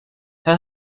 her